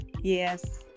Yes